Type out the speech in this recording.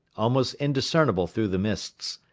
almost indiscernible through the mists,